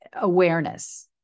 awareness